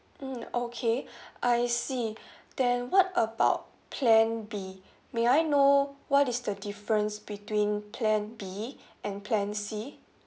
mmhmm okay I see then what about plan B may I know what is the difference between plan B and plan C